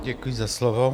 Děkuji za slovo.